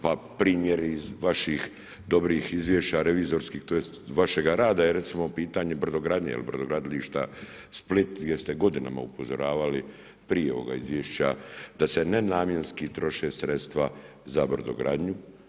Pa primjer iz vaših dobrih izvješća revizorskih tj. vašega rada je recimo pitanje brodogradnje jer brodogradilišta Split gdje ste godinama upozoravali prije ovoga izvješća da se nenamjenski troše sredstva za brodogradnju.